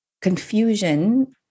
confusion